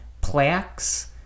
plaques